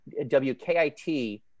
WKIT